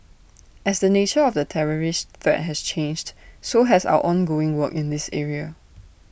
as the nature of the terrorist threat has changed so has our ongoing work in this area